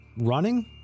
running